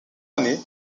année